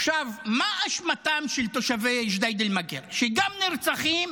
עכשיו, מה אשמתם של תושבי ג'דיידה-מכר, שגם נרצחים